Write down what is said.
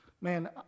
man